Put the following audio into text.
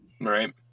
Right